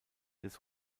des